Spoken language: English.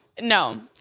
No